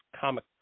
Comic